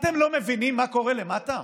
אתם לא מבינים מה קורה למטה?